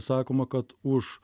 sakoma kad už